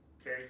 Okay